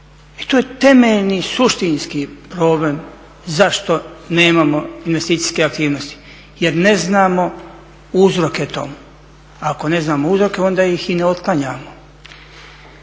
I to je temeljni, suštinski problem zašto nemamo investicijske aktivnosti. Jer ne znamo uzroke tome, a ako ne znamo uzroke onda ih i ne otklanjamo.